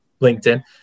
LinkedIn